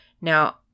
Now